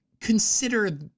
Consider